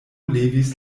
levis